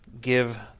give